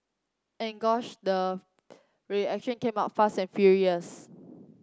and gosh the reaction came out fast and furious